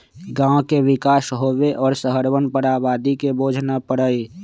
गांव के विकास होवे और शहरवन पर आबादी के बोझ न पड़ई